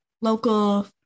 local